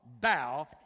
Bow